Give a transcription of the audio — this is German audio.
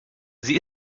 sie